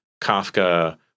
Kafka